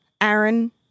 Aaron